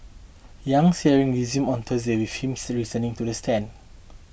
Yang's hearing resumes on Thursday with him to the stand